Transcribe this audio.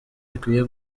bikwiye